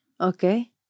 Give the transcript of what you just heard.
Okay